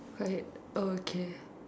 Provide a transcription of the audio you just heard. tired okay